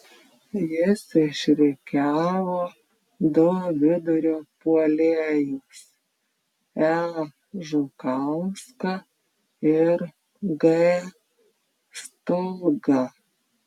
jis išrikiavo du vidurio puolėjus e žukauską ir g stulgą